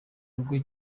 rugo